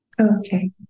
Okay